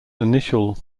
initial